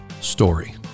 story